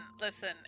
listen